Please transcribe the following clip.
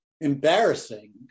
Embarrassing